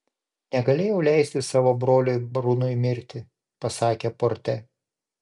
negalėjau leisti savo broliui brunui mirti pasakė porte